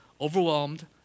overwhelmed